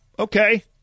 Okay